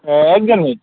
এক জানুৱাৰীত